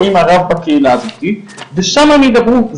או עם הרב בקהילה ושם הם ידברו,